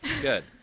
Good